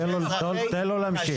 תן לו להמשיך.